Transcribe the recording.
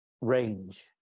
range